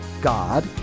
God